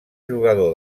jugador